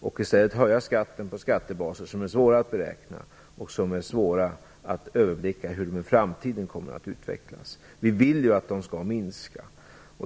och i stället höja skatten på skattebaser som är svåra att beräkna och svåra att överblicka hur de i framtiden kommer att utvecklas. Vi vill ju att de skall minska.